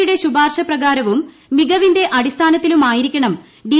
യുടെ ശൂപ്യാർശ പ്രകാരവും മികവിന്റെ അടിസ്ഥാനത്തിലുമായിരീക്കണം ഡി